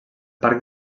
parc